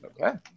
Okay